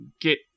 get